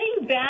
back